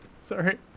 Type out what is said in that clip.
Sorry